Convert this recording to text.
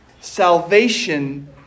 Salvation